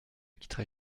quitterai